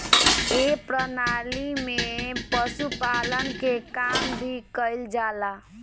ए प्रणाली में पशुपालन के काम भी कईल जाला